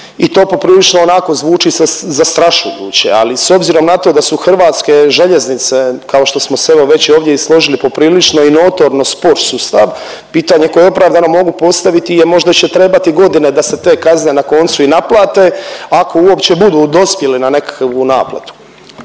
i to poprilično onako zvuči zastrašujuće, ali s obzirom na to da su HŽ kao što smo se evo već ovdje i složili poprilično i notorno spor sustav, pitanje koje opravdano mogu postaviti je možda će trebati godine da se te kazne na koncu i naplate ako uopće budu dospjele na nekakvu naplatu.